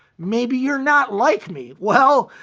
maybe you're not like me. well,